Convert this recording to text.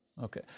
Okay